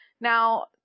Now